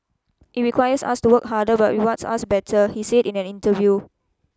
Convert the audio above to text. it requires us to work harder but rewards us better he said in an interview